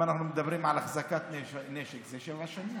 אם אנחנו מדברים על אחזקת נשק זה שבע שנים.